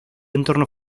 entorno